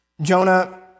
Jonah